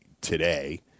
today